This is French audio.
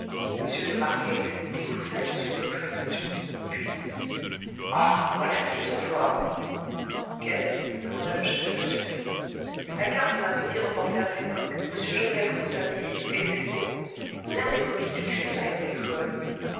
de marquet lut et poussa une sourde exclamation puis ah voilà qui est trop fort qu'est-ce demanda le chef de la sûreté la carte d'un petit reporter de l'époque m joseph rouletabille et ces mots l'un des mobiles du crime a été le vol